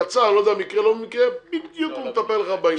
לא יודע אם במקרה או לא במקרה הוא בדיוק מטפל לך בעניין.